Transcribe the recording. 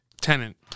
Tenant